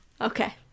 okay